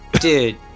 Dude